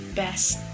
best